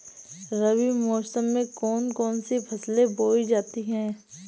रबी मौसम में कौन कौन सी फसलें बोई जाती हैं?